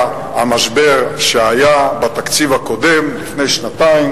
המשבר שהיה בתקציב הקודם לפני שנתיים,